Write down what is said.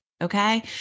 okay